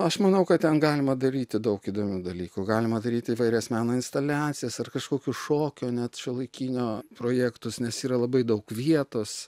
aš manau kad ten galima daryti daug įdomių dalykų galima daryt įvairias meno instaliacijas ar kažkokius šokio net šiuolaikinio projektus nes yra labai daug vietos